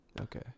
okay